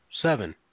Seven